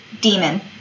demon